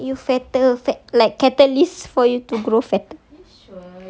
no but it can make you fatter fat like catalyst for you to grow fatter